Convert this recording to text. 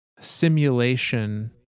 simulation